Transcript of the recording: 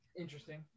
Interesting